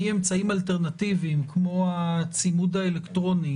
מאמצעים אלטרנטיביים כמו הצימוד האלקטרוני,